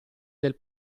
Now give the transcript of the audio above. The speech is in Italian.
del